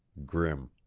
grim.